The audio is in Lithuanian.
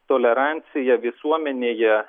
tolerancija visuomenėje